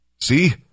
See